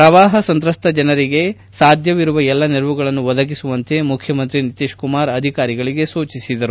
ಪ್ರವಾಹ ಸಂತ್ರಸ್ತ ಜನರಿಗೆ ಸಾಧ್ಯವಿರುವ ಎಲ್ಲಾ ನೆರವುಗಳನ್ನು ಒದಗಿಸುವಂತೆ ಮುಖ್ಯಮಂತ್ರಿ ನಿತೀಶ್ ಕುಮಾರ್ ಅಧಿಕಾರಿಗಳಿಗೆ ಸೂಚಿಸಿದರು